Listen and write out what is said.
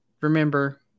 Remember